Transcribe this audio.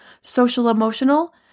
social-emotional